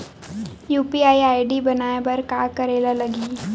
UPI ID बनाये बर का करे ल लगही?